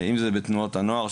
אם זה בתנועות הנוער,